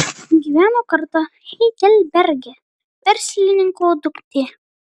gyveno kartą heidelberge verslininko duktė